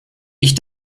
ich